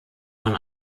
von